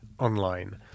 online